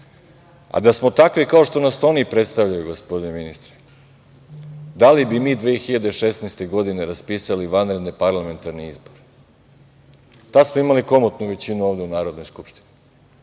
Da smo takvi kao što nas oni predstavljaju, gospodine ministre, da li bi mi 2016. godine, raspisali vanredne parlamentarne izbore? Tada smo imali komotnu većinu ovde u Narodnoj skupštini,